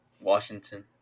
Washington